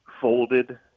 folded